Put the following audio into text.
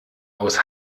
aus